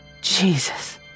Jesus